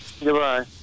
goodbye